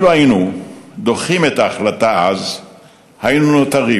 אם היינו דוחים את ההחלטה היינו נותרים